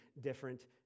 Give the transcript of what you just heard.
different